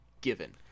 given